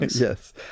Yes